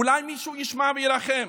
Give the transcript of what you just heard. אולי מישהו ישמע וירחם.